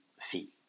fee